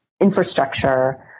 infrastructure